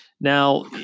Now